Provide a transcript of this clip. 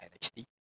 NXT